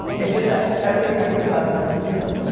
it's just that everything i think about is the consumer.